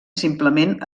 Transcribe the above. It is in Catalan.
simplement